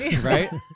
right